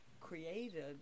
created